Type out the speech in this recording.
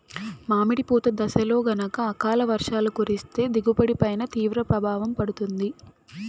మామిడి పూత దశలో గనక అకాల వర్షాలు కురిస్తే దిగుబడి పైన తీవ్ర ప్రభావం పడుతుంది